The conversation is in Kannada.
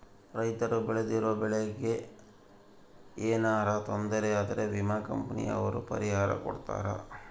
ರೈತರು ಬೆಳ್ದಿರೋ ಬೆಳೆ ಗೆ ಯೆನರ ತೊಂದರೆ ಆದ್ರ ವಿಮೆ ಕಂಪನಿ ಅವ್ರು ಪರಿಹಾರ ಕೊಡ್ತಾರ